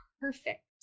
perfect